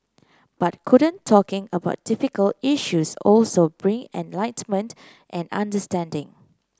but couldn't talking about difficult issues also bring enlightenment and understanding